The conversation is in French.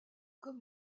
comme